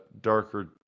darker